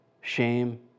shame